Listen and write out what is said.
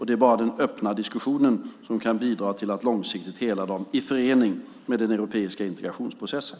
Det är bara den öppna diskussionen som kan bidra till att långsiktigt hela dem, i förening med den europeiska integrationsprocessen.